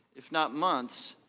if not months,